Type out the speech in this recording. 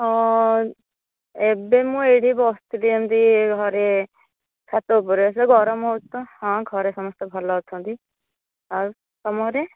ଓ ଏବେ ମୁଁ ଏହିଠି ବସିଥିଲି ଏମିତି ଘରେ ଛାତ ଉପରେ ଯେ ଗରମ ହେଉଛି ତ ହଁ ଘରେ ସମସ୍ତେ ଭଲ ଅଛନ୍ତି ଆଉ ତୁମ ଘରେ